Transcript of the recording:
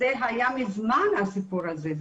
זה היה מזמן הסיפור הזה.